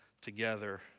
together